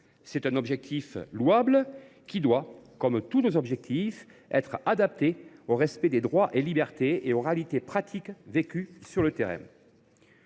C’est un objectif louable, qui doit, comme tous nos objectifs, être adapté au respect des droits et des libertés, ainsi qu’aux réalités pratiques vécues sur le terrain.